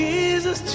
Jesus